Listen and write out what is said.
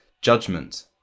judgment